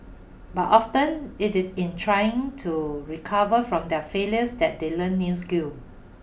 but often it is in trying to recover from their failures that they learn new skills